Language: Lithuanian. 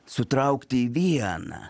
sutraukti į vieną